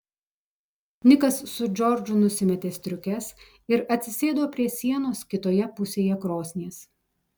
nikas su džordžu nusimetė striukes ir atsisėdo prie sienos kitoje pusėje krosnies